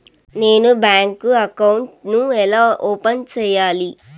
నేను bank account ను ఎలా ఓపెన్ సేయాలి?